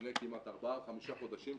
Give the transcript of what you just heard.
לפני כמעט 4-5 חודשים,